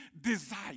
desire